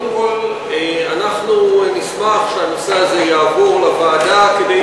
קודם כול אנחנו נשמח שהנושא הזה יעבור לוועדה כדי